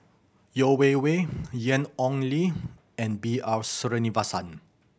Yeo Wei Wei Ian Ong Li and B R Sreenivasan